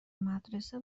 مدرسه